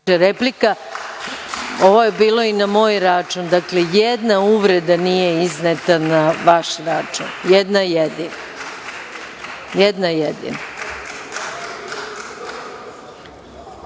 replika. Ovo je bilo i na moj račun, ni jedna uvreda nije izneta na vaš račun. Ni jedna jedina. Reč